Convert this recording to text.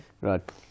Right